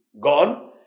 gone